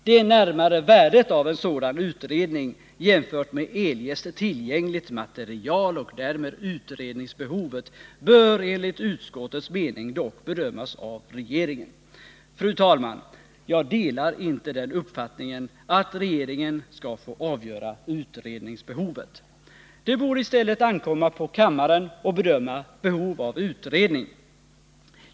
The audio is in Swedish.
Det närmare värdet av en sådan utredning jämfört med eljest tillgängligt material och därmed utredningsbehovet bör enligt utskottets mening dock bedömas av regeringen.” Fru talman! Jag delar inte den uppfattningen — att regeringen skall få avgöra utredningsbehovet. Det borde i stället ankomma på kammaren att bedöma behovet av utredning.